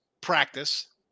practice